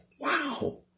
wow